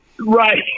Right